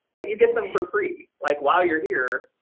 but you get them for free, like while you're here.